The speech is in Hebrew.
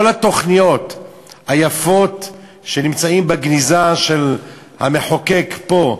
כל התוכניות היפות שנמצאות בגניזה של המחוקק פה,